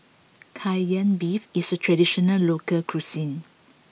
Kai Lan Beef is a traditional local cuisine